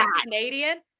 Canadian